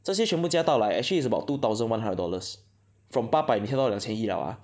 这些全部加到到来 actually is about two thousand one hundred dollars from 八百 become 到两千一了 ah